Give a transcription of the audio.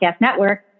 Network